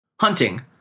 Hunting